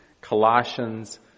Colossians